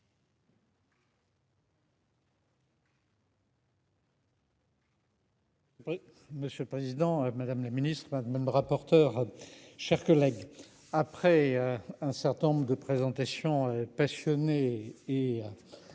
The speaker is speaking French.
monsieur le Président Madame la Ministre de même rapporteur chers collègues après un certain nombre de présentation passionnée et.